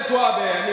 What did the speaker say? לנסוע עוד פעם ברכבת,